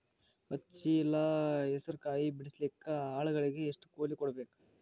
ಹತ್ತು ಚೀಲ ಹೆಸರು ಕಾಯಿ ಬಿಡಸಲಿಕ ಆಳಗಳಿಗೆ ಎಷ್ಟು ಕೂಲಿ ಕೊಡಬೇಕು?